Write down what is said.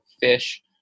fish